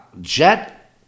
jet